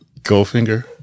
Goldfinger